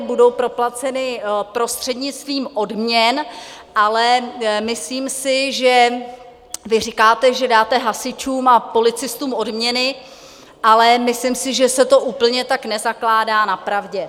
Budou proplaceny prostřednictvím odměn, ale myslím si, že vy říkáte, že dáte hasičům a policistům odměny, ale myslím si, že se to úplně tak nezakládá na pravdě.